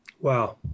Wow